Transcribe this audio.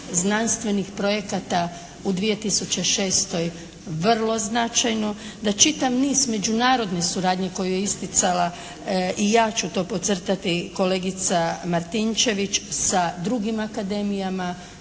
znanstvenih projekata u 2006. vrlo značajno, da čitav niz međunarodne suradnje koju je isticala i ja ću to podcrtati kolegica Martinčević sa drugim akademijama,